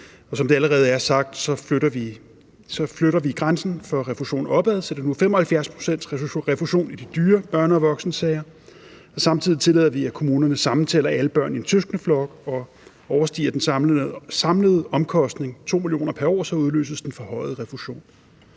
Som det allerede er sagt, flytter vi grænsen for refusion opad, så det nu er 75-procentsrefusion i de dyre børne- og voksensager, og samtidig tillader vi, at kommunerne sammentæller alle børn i en søskendeflok, og overstiger den samlede omkostning 2 mio. kr. pr. år, udløses den forhøjede refusion.